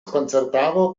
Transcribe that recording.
koncertavo